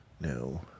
No